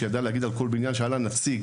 כל שבכל בניין היה לה נציג.